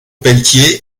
peltier